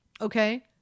Okay